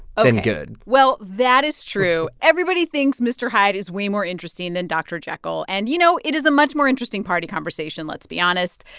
ah than good well, that is true. everybody thinks mr. hyde is way more interesting than dr. jekyll. and you know, it is a much more interesting party conversation. let's be honest.